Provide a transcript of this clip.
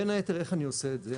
בין היתר איך אני עושה את זה?